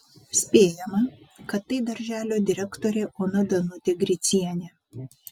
spėjama kad tai darželio direktorė ona danutė gricienė